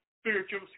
spiritual